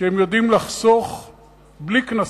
שהם יודעים לחסוך בלי קנסות.